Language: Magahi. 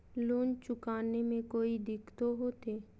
लोन चुकाने में कोई दिक्कतों होते?